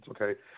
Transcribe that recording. okay